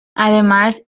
además